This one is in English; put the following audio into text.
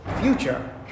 future